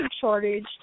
shortage